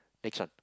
next one